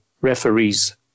referees